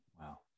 Wow